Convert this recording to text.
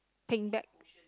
pink bag